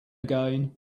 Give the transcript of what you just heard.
again